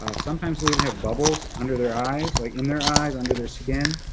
ah sometimes we'll even have bubbles under their eyes, like in their eyes, under their skin.